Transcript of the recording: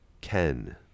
Ken